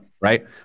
right